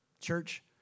Church